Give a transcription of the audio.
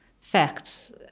facts